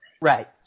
Right